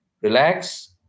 relax